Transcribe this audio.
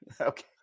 okay